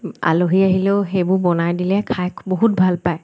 আলহী আহিলেও সেইবোৰ বনাই দিলে খাই বহুত ভাল পায়